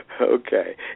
Okay